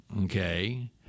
okay